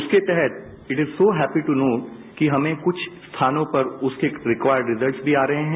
उसके तहत it is so happy to know कि हमें कुछ स्थानों पर उसके रिक्वायर्ड रिजल्ट भी आ रहे हैं